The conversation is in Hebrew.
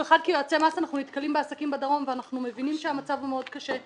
כיועצי מס אנחנו נתקלים בעסקים בדרום ואנחנו מבינים שהמצב הוא מאוד קשה.